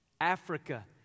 Africa